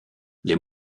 les